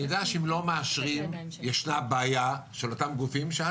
אני יודע שאם לא מאשרים יש בעיה לאותם גופים שעד